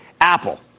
Apple